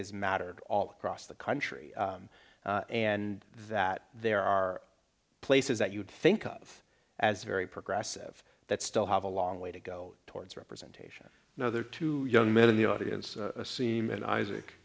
as mattered all across the country and that there are places that you would think of as very progressive that still have a long way to go towards representation now there are two young men in the audience a seaman isaac